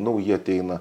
nauji ateina